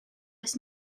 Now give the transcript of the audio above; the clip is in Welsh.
oes